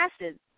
acids